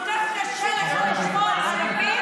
כל כך קשה לכם לשמוע ערבית?